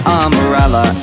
umbrella